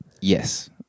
Yes